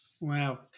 Wow